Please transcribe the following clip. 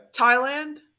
Thailand